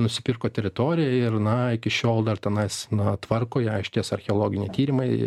nusipirko teritoriją ir na iki šiol dar tenais na tvarko ją iš ties archeologiniai tyrimai